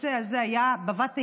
הנושא הזה היה בבת עיני,